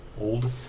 Old